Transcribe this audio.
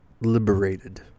liberated